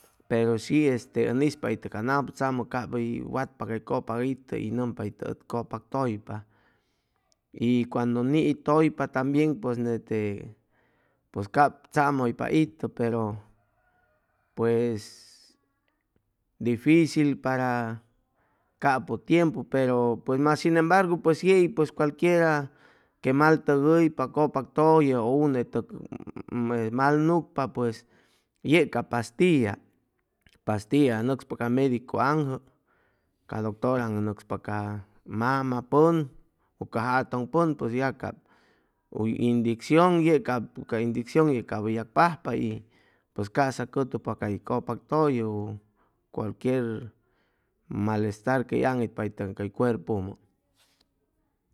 Pero shi ʉn ispa can aputzamʉ cap hʉy watpa cay cʉpak itʉ y nʉmpa itʉ ʉd cʉpak tʉypa y cuando nitʉypa tambien pues nete pues cap tzamʉypa itʉ pero pues dificil para capʉ tiempu pero mas sin embargu pues yei pues cualquiera que mal tʉgʉypa cʉpak tʉlle ʉ unetʉg mal nucpa pues yeg cap pastilla pastilla nʉcspa a medicu aŋjʉ ca doctor anjʉ nʉcspa ca mama pʉn u ca jatʉŋ pʉn pues cap ya cap huy indiccion ye cap ca indiccion ye cap yag pajpa y pues ca'sa cʉtucpa cay cʉpak tʉlle u cualquier malestar quey aŋipa itʉ en cay cuerpumʉ